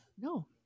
No